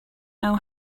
know